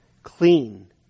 Clean